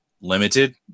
limited